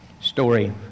story